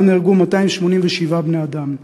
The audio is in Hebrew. שבה נהרגו 287 בני-אדם.